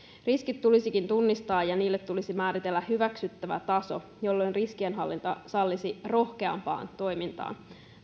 riskit tulisikin tunnistaa ja niille tulisi määritellä hyväksyttävä taso jolloin riskienhallinta sallisi rohkeampaa toimintaa